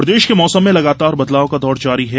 मौसम प्रदेश के मौसम में लगातार बदलाव का दौर जारी है